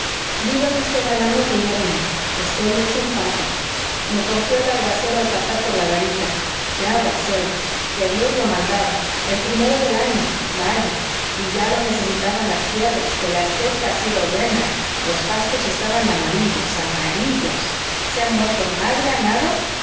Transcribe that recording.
dígale usted al amo que ya vine estoy hecho un pato me cogió el aguacero al pasar por la garita qué aguacero qué dios lo mandaba el primero del año vaya y ya lo necesitaban las tierras que la seca ha sido buena los pastos estaban amarillos amarillos se ha muerto más ganado